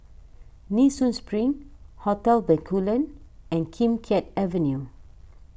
Nee Soon Spring Hotel Bencoolen and Kim Keat Avenue